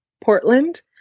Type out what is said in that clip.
Portland